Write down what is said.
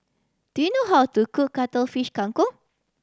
do you know how to cook Cuttlefish Kang Kong